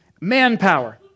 manpower